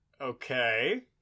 Okay